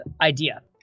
idea